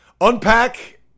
unpack